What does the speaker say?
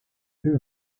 who